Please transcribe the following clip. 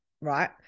right